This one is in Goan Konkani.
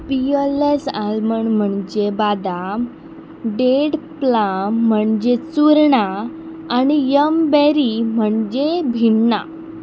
पियरलेस आल्मंड म्हणजे बदाम डेड प्लाम म्हणजे चूरणां आनी यमबेरी म्हणजे भिणणां